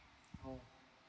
oh